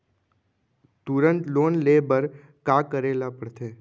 तुरंत लोन ले बर का करे ला पढ़थे?